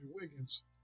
Wiggins